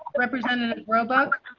representing roebuck